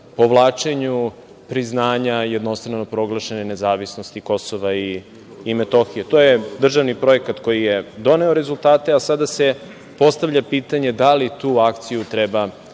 povlačenju priznanja jednostrano proglašene nezavisnosti Kosova i Metohije. To je državni projekat koji je doneo rezultate, a sada se postavlja pitanje, da li tu akciju treba